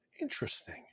Interesting